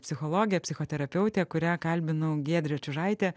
psichologė psichoterapeutė kurią kalbinau giedrė čiužaitė